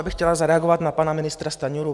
Já bych chtěla zareagovat na pana ministra Stanjuru.